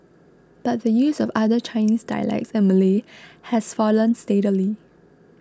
but the use of other Chinese dialects and Malay has fallen steadily